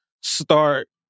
start